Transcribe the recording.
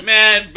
Man